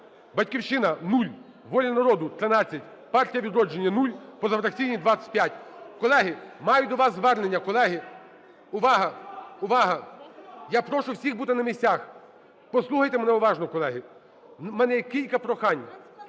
"Батьківщина" – 0, "Воля народу" – 13, "Партія "Відродження" – 0, позафракційні – 25. Колеги, маю до вас звернення. Колеги, увага! Увага! Я прошу всіх бути на місцях. Послухайте мене уважно, колеги. В мене є кілька прохань.